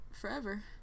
forever